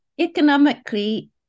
Economically